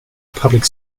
public